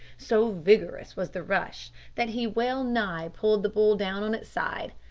so vigorous was the rush that he well-nigh pulled the bull down on its side.